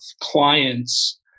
clients